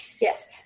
Yes